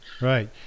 right